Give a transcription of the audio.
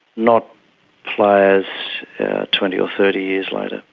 not players twenty or thirty years later.